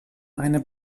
eine